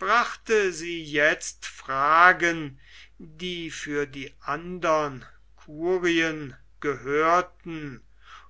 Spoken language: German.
brachte sie jetzt fragen die für die andern curien gehörten